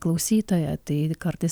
klausytoja tai kartais